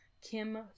Kim